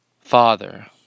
Father